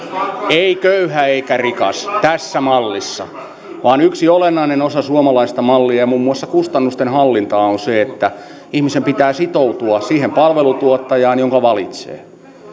ei köyhä eikä rikas tässä mallissa vaan yksi olennainen osa suomalaista mallia ja muun muassa kustannustenhallintaa on se että ihmisen pitää sitoutua siihen palveluntuottajaan jonka valitsee